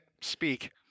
speak